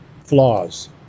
flaws